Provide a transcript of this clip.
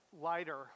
lighter